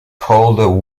called